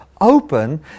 open